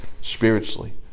spiritually